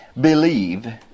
believe